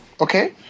Okay